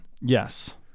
Yes